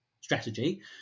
strategy